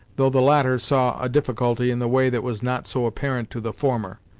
though the latter saw a difficulty in the way that was not so apparent to the former.